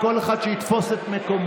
כל אחד שיתפוס את מקומו.